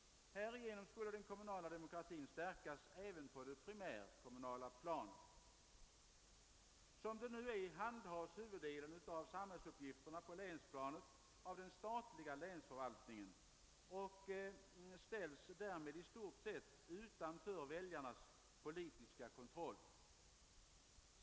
Härigenom skulle den kommunala demokratin stärkas även på det primärkommunala planet. Som det nu är handhas huvuddelen av samhällsuppgifterna på länsplanet av den statliga länsförvaltningen och ställs därmed i stort sett utanför väljarnas politiska kontroll.